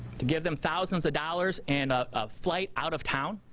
to give them thousands of dollars and a flight out of town.